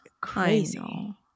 crazy